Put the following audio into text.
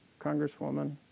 congresswoman